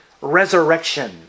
resurrection